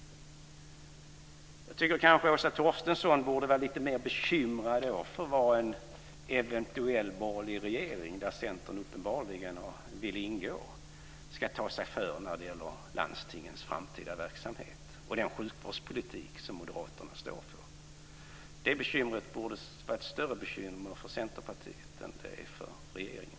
Jag tycker att Åsa Torstensson borde vara lite mer bekymrad för vad en eventuell borgerlig regering, där Centern uppenbarligen vill ingå, ska ta sig för när det gäller landstingens framtida verksamhet och den sjukvårdspolitik som moderaterna står för. Det borde vara ett större bekymmer för Centerpartiet än det är för regeringen.